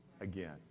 again